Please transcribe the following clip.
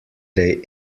they